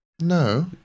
No